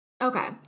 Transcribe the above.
Okay